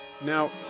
Now